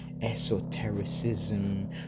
esotericism